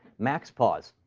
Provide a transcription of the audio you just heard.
maxpos.